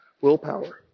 willpower